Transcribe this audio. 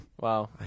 Wow